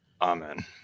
Amen